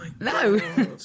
No